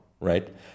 right